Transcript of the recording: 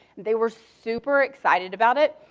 they were super excited about it.